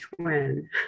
twin